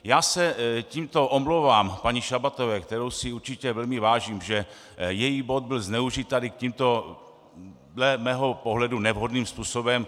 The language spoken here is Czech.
Já se tímto omlouvám paní Šabatové, které si určitě velmi vážím, že její bod byl zneužit tímto dle mého pohledu nevhodným způsobem.